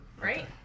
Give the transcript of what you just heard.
Right